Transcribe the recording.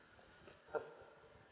uh